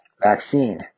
Vaccine